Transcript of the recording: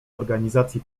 organizacji